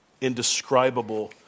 indescribable